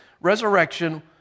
resurrection